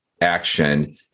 action